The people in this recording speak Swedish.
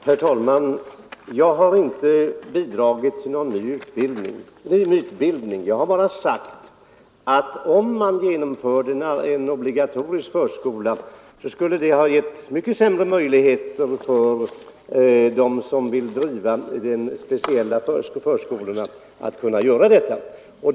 Herr talman! Jag har inte bidragit till någon ny mytbildning. Jag har bara sagt att om man genomfört en obligatorisk förskola, så skulle de som vill driva speciella förskolor ha haft sämre möjligheter att göra det.